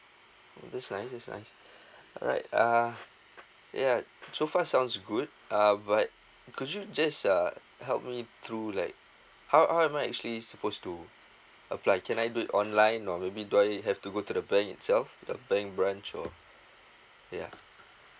that's nice that's nice alright uh yeah so far sounds good uh but could you just uh help me through like how how am I actually supposed to apply can I do it online or maybe do I have to go to the bank itself the bank branch or yeah